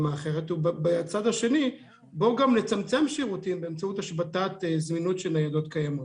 ובצד השני בואו נצמצם שירותים באמצעות השבתת זמינות של ניידות קיימות.